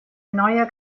neue